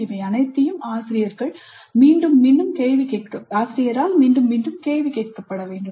இவை அனைத்தும் ஆசிரியரால் மீண்டும் மீண்டும் கேள்வி கேட்கப்பட வேண்டும்